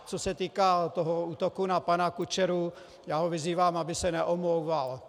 Co se týká útoku na pana Kučeru, já ho vyzývám, aby se neomlouval.